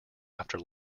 after